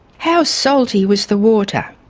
how salty was the water?